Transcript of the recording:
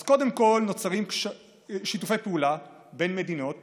אז קודם כול נוצרים שיתופי פעולה בין מדינות